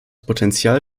potenzial